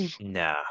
Nah